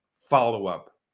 follow-up